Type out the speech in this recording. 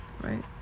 Right